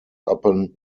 upon